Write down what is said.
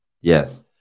Yes